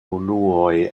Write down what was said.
unuoj